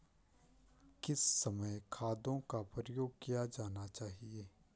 किस समय खादों का प्रयोग किया जाना चाहिए?